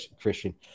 Christian